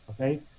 Okay